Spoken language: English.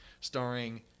starring